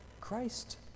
Christ